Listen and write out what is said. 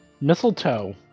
mistletoe